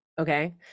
okay